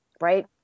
right